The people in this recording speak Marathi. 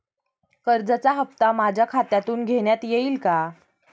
कर्जाचा हप्ता माझ्या खात्यातून घेण्यात येईल का?